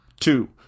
Two